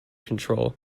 control